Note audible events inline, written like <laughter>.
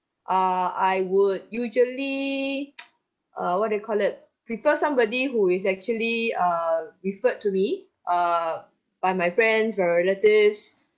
uh I would usually <noise> uh what do you call it prefer somebody who is actually err referred to me err by my friends by my relatives